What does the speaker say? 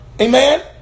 Amen